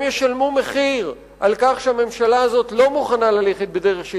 הם ישלמו מחיר על כך שהממשלה הזאת לא מוכנה ללכת בדרך של